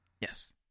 Yes